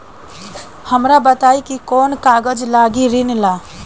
हमरा बताई कि कौन कागज लागी ऋण ला?